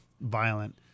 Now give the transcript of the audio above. violent